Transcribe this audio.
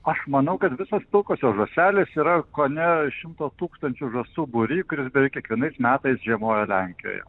aš manau kad visos pilkosios žąselės yra kone šimto tūkstančių žąsų būry kuris beveik kiekvienais metais žiemoja lenkijoje